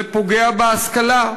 זה פוגע בהשכלה,